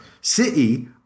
City